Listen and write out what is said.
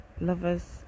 lovers